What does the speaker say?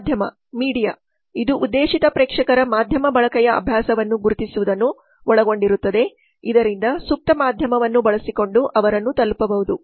ಮಾಧ್ಯಮ ಇದು ಉದ್ದೇಶಿತ ಪ್ರೇಕ್ಷಕರ ಮಾಧ್ಯಮ ಬಳಕೆಯ ಅಭ್ಯಾಸವನ್ನು ಗುರುತಿಸುವುದನ್ನು ಒಳಗೊಂಡಿರುತ್ತದೆ ಇದರಿಂದ ಸೂಕ್ತ ಮಾಧ್ಯಮವನ್ನು ಬಳಸಿಕೊಂಡು ಅವರನ್ನು ತಲುಪಬಹುದು